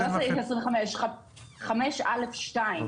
סליחה, לא סעיף 25. סעיף 5(א)(2).